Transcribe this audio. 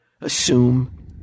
assume